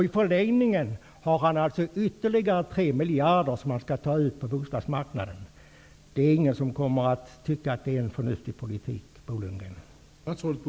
I förlängningen har han alltså ytterligare 3 miljarder som han skall ta ut på bostadsmarknaden. Ingen kommer att tycka att det är en förnuftig politik, Bo Lundgren.